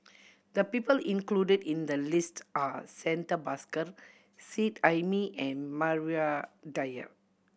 the people included in the list are Santha Bhaskar Seet Ai Mee and Maria Dyer